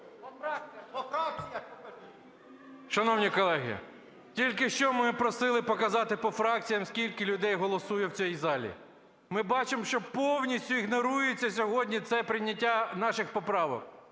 Шановні колеги, тільки що ми просили показати по фракціям скільки людей голосує в цій залі. Ми бачимо, що повністю ігнорується сьогодні це прийняття наших поправок.